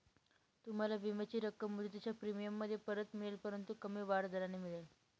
तुम्हाला विम्याची रक्कम मुदतीच्या प्रीमियममध्ये परत मिळेल परंतु कमी वाढ दराने मिळेल